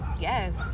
yes